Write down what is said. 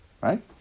Right